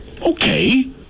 Okay